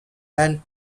and